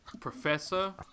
professor